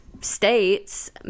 states